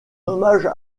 hommage